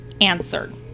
answered